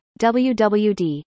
WWD